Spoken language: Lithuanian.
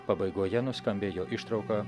pabaigoje nuskambėjo ištrauka